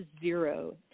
zero